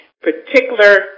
particular